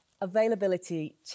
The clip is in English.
availability